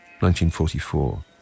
1944